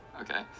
okay